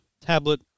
tablet